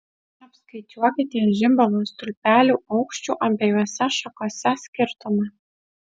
apskaičiuokite žibalo stulpelių aukščių abiejose šakose skirtumą